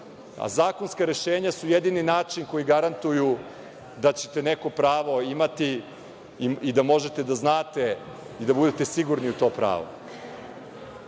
a zakonska rešenja su jedini načini koji garantuju da ćete neko pravo imati i da možete da znate i da budete sigurni u to